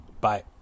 Bye